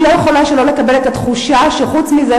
אני לא יכולה שלא לקבל את התחושה שחוץ מזה